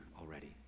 already